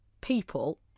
people